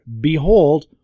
Behold